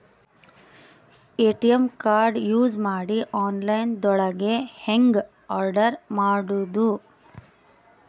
ATM card use ಮಾಡಿ online ದೊಳಗೆ ಹೆಂಗ್ ಆರ್ಡರ್ ಮಾಡುದು?